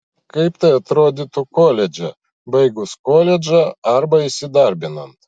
kaip tai atrodytų koledže baigus koledžą arba įsidarbinant